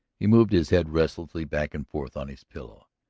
he moved his head restlessly back and forth on his pillow.